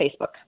Facebook